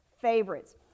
favorites